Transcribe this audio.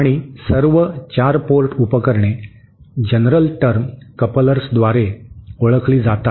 आणि सर्व 4 पोर्ट उपकरणे जनरल टर्म कपलर्सद्वारे ओळखली जातात